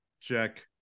check